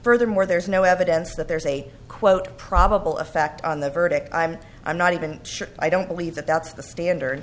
furthermore there's no evidence that there's a quote probable effect on the verdict i'm i'm not even sure i don't believe that that's the standard